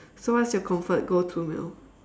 so what's your comfort go to meal